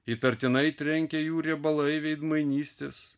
įtartinai trenkė jų riebalai veidmainystės